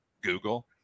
Google